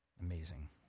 Amazing